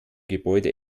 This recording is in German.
gebäude